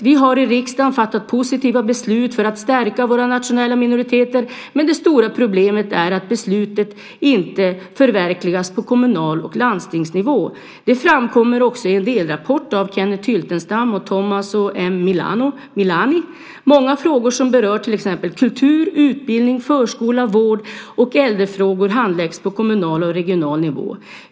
Vi har i riksdagen fattat positiva beslut för att stärka våra nationella minoriteter, men det stora problemet är att besluten inte förverkligas på kommunal nivå och landstingsnivå. Det framkommer också i en delrapport av Kenneth Hyltenstam och Tommaso M Milani. Många frågor som rör till exempel kultur, utbildning, förskola, vård och äldre handläggs på kommunal och regional nivå.